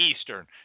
Eastern